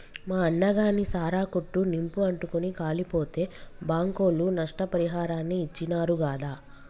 మా అన్నగాని సారా కొట్టు నిప్పు అంటుకుని కాలిపోతే బాంకోళ్లు నష్టపరిహారాన్ని ఇచ్చినారు గాదా